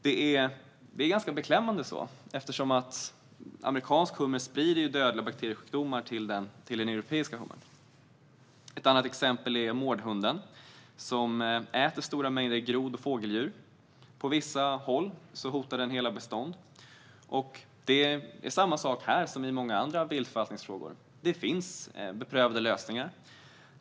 Det är ganska beklämmande, eftersom amerikansk hummer sprider dödliga bakteriesjukdomar till den europeiska hummern. Ett annat exempel är mårdhunden, som äter stora mängder grod och fågeldjur. På vissa håll hotar den hela bestånd. Det är samma sak här som i många andra viltförvaltningsfrågor - det finns beprövade lösningar.